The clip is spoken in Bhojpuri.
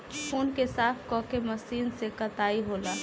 ऊँन के साफ क के मशीन से कताई होला